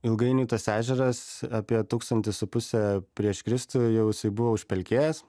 ilgainiui tas ežeras apie tūkstantis su puse prieš kristų jau jisai buvo užpelkėjęs